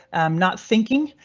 not thinking.